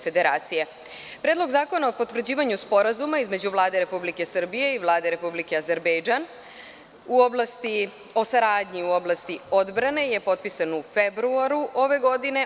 Predlog zakona o potvrđivanju sporazuma između Vlade Republike Srbije i Vlade Republike Azerbejdžan o saradnji u oblasti odbrane je potpisan u februaru ove godine.